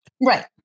right